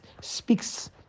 speaks